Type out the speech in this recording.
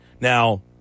Now